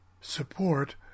support